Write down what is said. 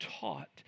taught